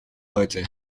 heute